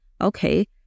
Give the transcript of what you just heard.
okay